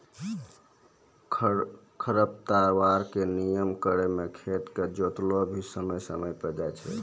खरपतवार के नियंत्रण करै मे खेत के जोतैलो भी समय समय पर जाय छै